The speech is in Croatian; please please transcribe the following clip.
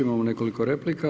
Imamo nekoliko replika.